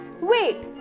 Wait